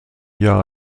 jahr